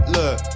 Look